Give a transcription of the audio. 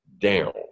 down